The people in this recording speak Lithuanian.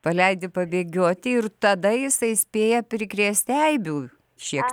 paleidi pabėgioti ir tada jisai spėja prikrėsti eibių šie